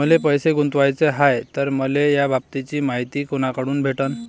मले पैसा गुंतवाचा हाय तर मले याबाबतीची मायती कुनाकडून भेटन?